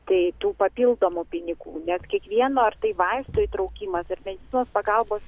tai tų papildomų pinigų nes kiekvieno ar tai vaistų įtraukimas ar medicinos pagalbos